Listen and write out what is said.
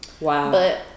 Wow